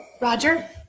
roger